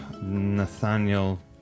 Nathaniel